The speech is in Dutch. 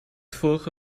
vorige